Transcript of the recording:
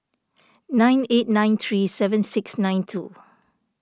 nine eight nine three seven six nine two